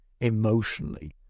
emotionally